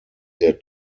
der